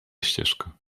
ścieżka